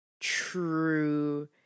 true